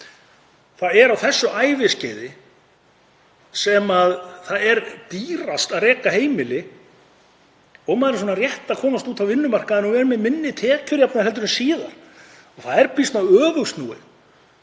Það er á þessu æviskeiði sem það er dýrast að reka heimili. Maður er svona rétt að komast út á vinnumarkaðinn og er með minni tekjur að jafnaði heldur en síðar. Það er býsna öfugsnúið